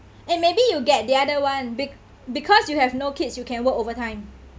and maybe you get the other one be~ because you have no kids you can work overtime